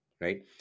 right